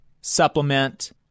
supplement